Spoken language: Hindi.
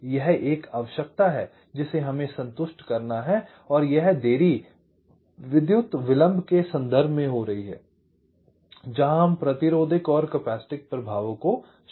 यह एक आवश्यकता है जिसे हमें संतुष्ट करना है और यह देरी विद्युत विलंब के संदर्भ में हो रही है जहां हम प्रतिरोधक और कैपेसिटिव प्रभावों को शामिल कर रहे हैं